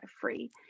free